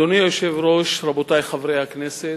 אדוני היושב-ראש, רבותי חברי הכנסת,